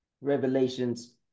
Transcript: Revelations